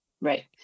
right